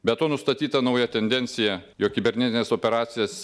be to nustatyta nauja tendencija jog kibernetines operacijas